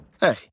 Hey